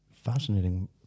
Fascinating